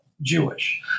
Jewish